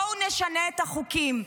בואו נשנה את החוקים.